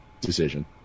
decision